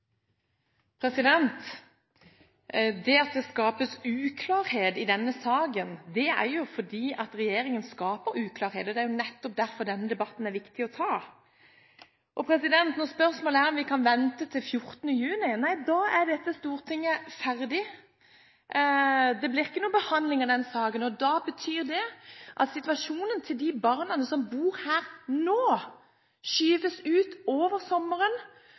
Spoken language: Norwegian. det jo fordi regjeringen skaper uklarhet, og det er nettopp derfor det er viktig å ta denne debatten. Det stilles spørsmål om vi kan vente til 14. juni. Nei, da er dette Stortinget ferdig. Det blir ikke noen behandling av denne saken, og det betyr at situasjonen til de barna som bor her nå, skyves ut til over sommeren.